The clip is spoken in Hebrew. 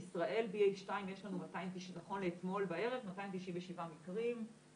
בישראל BA2 יש לנו נכון לאתמול בערב 297 מקרים,